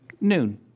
Noon